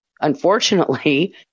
unfortunately